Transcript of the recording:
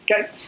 Okay